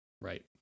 right